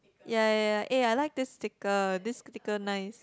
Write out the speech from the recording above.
ya ya ya eh I like this sticker this sticker nice